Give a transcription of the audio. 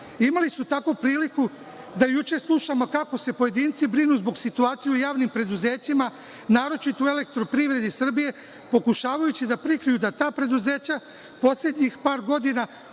Imali smo tako priliku da juče slušamo kako se pojedinci brinu zbog situacija u javnim preduzećima, naročito u EPS, pokušavajući da prikriju da ta preduzeća poslednjih par godina